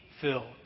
filled